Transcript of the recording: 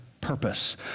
purpose